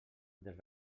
dels